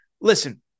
listen